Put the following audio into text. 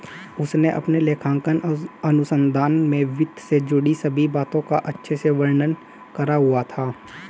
उसने अपने लेखांकन अनुसंधान में वित्त से जुड़ी सभी बातों का अच्छे से वर्णन करा हुआ था